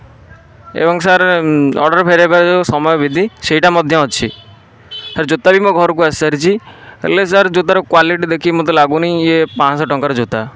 ଏବଂ sir order ଫେରାଇବାର ଯେଉଁ ସମୟ ବିଧି ସେଇଟା ମଧ୍ୟ ଅଛି ସେ ଜୋତା ବି ମୋ ଘରକୁ ଆସି ସାରିଛି ହେଲେ ସାର୍ ଜୋତାର କ୍ଵାଲିଟି ଦେଖିକି ମତେ ଲାଗୁନି ଇଏ ପାଞ୍ଚଶହ ଟଙ୍କାର ଜୋତା